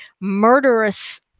murderous